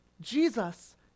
Jesus